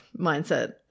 mindset